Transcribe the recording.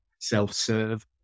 self-serve